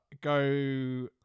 Go